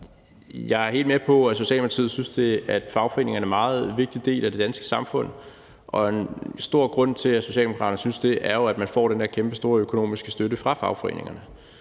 Jeg er helt med på, at Socialdemokratiet synes, at fagforeningerne er en meget vigtig del af det danske samfund, og en vigtig grund til, at Socialdemokraterne synes det, er jo, at man får den her kæmpestore økonomiske støtte fra fagforeningerne.